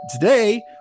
Today